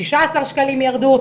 שישה עשר שקלים ירדו,